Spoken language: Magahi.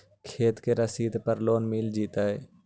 खेत के रसिद पर का लोन मिल जइतै?